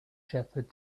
shepherd